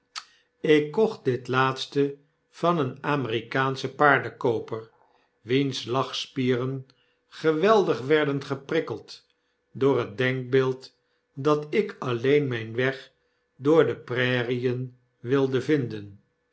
ik kocht dit laatste van een amerikaanschen paardenkooper wiens lachspieren geweldig werden geprikkeld door het denkbeeld dat ik alleen myn weg door de prairien wilde vinden